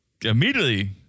immediately